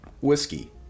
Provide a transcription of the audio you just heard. whiskey